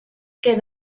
que